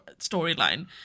storyline